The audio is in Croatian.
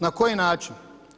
Na koji način?